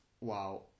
Wow